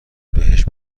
بهش